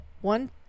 One